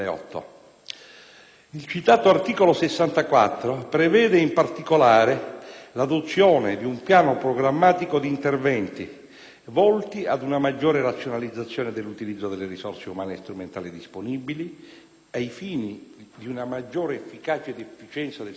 Il citato articolo 64 prevede, in particolare, l'adozione di un piano programmatico di interventi, volti ad una maggiore razionalizzazione dell'utilizzo delle risorse umane e strumentali disponibili ai fini di una maggiore efficacia ed efficienza del sistema scolastico,